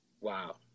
Wow